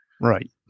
Right